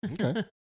Okay